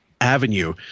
avenue